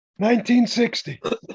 1960